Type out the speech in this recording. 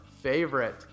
favorite